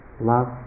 Love